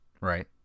right